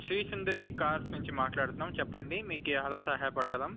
Shri Sandadi cars నుంచి మాట్లాడుతున్నాము చెప్పండి మీకు ఎలా సహాయ పడగలము